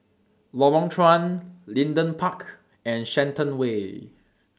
Lorong Chuan Leedon Park and Shenton Way